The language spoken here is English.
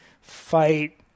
fight